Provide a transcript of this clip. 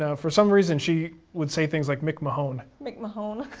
ah for some reason she would say things like micmahone. micmahone.